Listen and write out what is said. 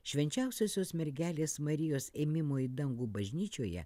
švenčiausiosios mergelės marijos ėmimo į dangų bažnyčioje